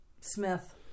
Smith